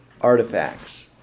artifacts